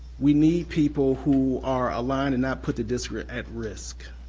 we need people who are aligned and not put the district at risk.